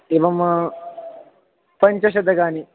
एवं पञ्चशतकानि